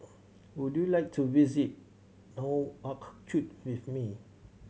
would you like to visit Nouakchott with me